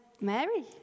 Mary